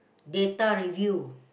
data review